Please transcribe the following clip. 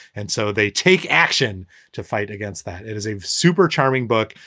and so they take action to fight against that. it is a super charming book.